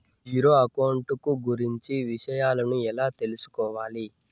Zero account కు గురించి విషయాలను ఎలా తెలుసుకోవాలి?